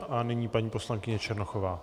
A nyní paní poslankyně Černochová.